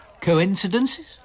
Coincidences